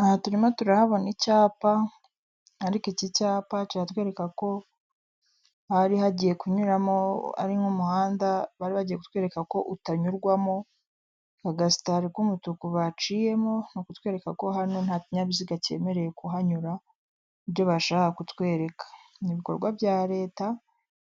Aha turimo turahabona icyapa ariko iki cyapa kiratwereka ko hari hagiye kunyuramo ari nk'umuhanda bari bagiye kutwereka ko utanyurwamo, agasitari k'umutuku baciyemo ni ukutwereka ko hano nta kinyabiziga cyemerewe kuhanyura ibyo bashaka kutwereka, ni ibikorwa bya leta